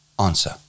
answer